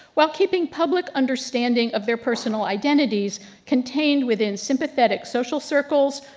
while keeping public understanding of their personal identities contained within sympathetic social circles,